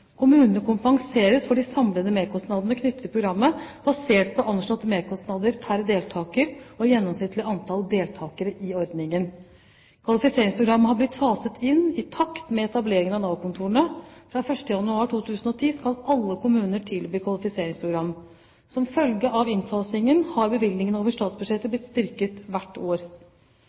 Kommunene kompenseres for de samlede merkostnadene knyttet til programmet, basert på anslåtte merkostnader pr. deltaker og gjennomsnittlig antall deltakere i ordningen. Kvalifiseringsprogrammet har blitt faset inn i takt med etableringen av Nav-kontorene. Fra 1. januar 2010 skal alle kommuner tilby kvalifiseringsprogram. Som følge av innfasingen har bevilgningen over statsbudsjettet blitt styrket hvert år.